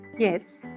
Yes